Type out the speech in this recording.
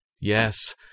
Yes